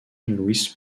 luis